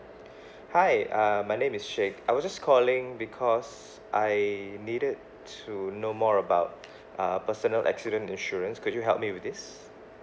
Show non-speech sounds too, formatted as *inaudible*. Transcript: *breath* hi uh my name is sheikh I was just calling because I needed to know more about *breath* uh personal accident insurance could you help me with this